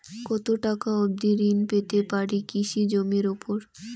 কত টাকা অবধি ঋণ পেতে পারি কৃষি জমির উপর?